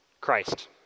Christ